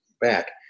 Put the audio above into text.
back